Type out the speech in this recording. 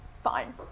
fine